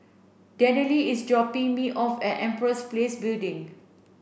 Danielle is dropping me off at Empress Place Building